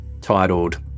Titled